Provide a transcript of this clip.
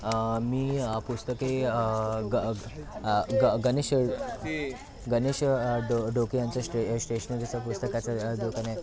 मी पुस्तके ग ग गणेश गणेश ड डोके ह्यांचं स्टे स्टेशनरीचं पुस्तकाचं दुकान आहे